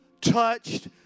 touched